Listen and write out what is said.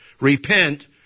Repent